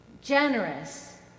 Generous